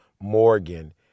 Morgan